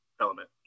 element